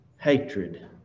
hatred